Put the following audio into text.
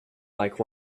like